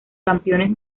campeones